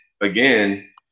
again